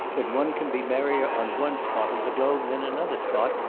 that one can be merrier on one spot of the globe than another spot,